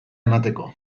emateko